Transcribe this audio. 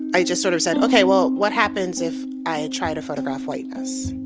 i just sort of said, okay, well, what happens if i ah try to photograph whiteness?